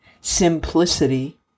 simplicity